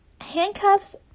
handcuffs